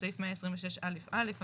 בסעיף 126(א) א,